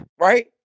right